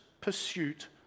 pursuit